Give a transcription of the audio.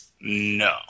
No